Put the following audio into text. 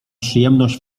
przyjemność